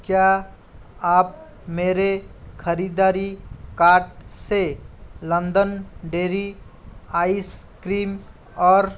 क्या आप मेरे ख़रीदारी काट से लंदन डेयरी आइस क्रीम और